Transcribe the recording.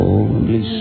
Holy